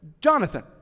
Jonathan